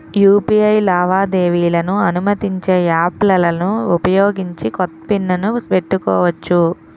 UPI లావాదేవీలను అనుమతించే యాప్లలను ఉపయోగించి కొత్త పిన్ ను పెట్టుకోవచ్చు